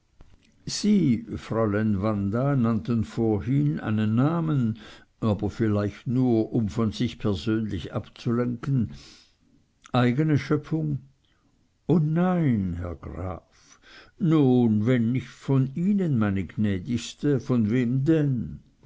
sie fräulein wanda nannten vorhin einen namen aber vielleicht nur um von sich persönlich abzulenken eigene schöpfung o nein herr graf nun wenn nicht von ihnen meine gnädigste von wem denn